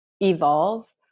evolve